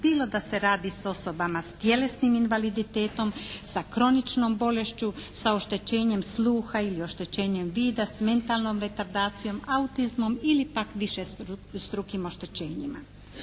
bio da se radi s osobama sa tjelesnim invaliditetom, sa kroničnom bolešću, sa oštećenjem sluha ili oštećenjem vida sa mentalnom retardacijom, autizmom ili pak višestrukim oštećenjima.